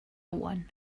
one